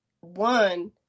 one